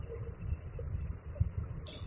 विभिन्न प्रकार के बजट होते हैं